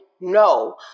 No